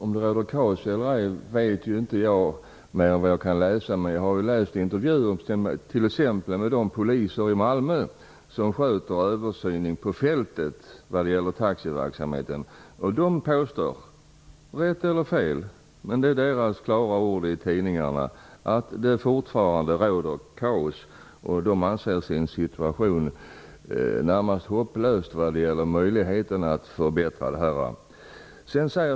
Herr talman! Jag vet inte om det är kaos, men jag har läst intervjuer med t.ex. de poliser i Malmö som sköter översynen på fältet vad gäller taxiverksamheten. De påstår - rätt eller fel, men det är deras klara ord i tidningarna - att det fortfarande råder kaos. De anser att deras situation är närmast hopplös vad gäller möjligheterna att förbättra förhållandena.